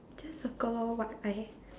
just circle what what what I